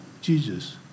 Jesus